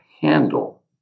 handle